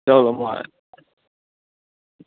चलो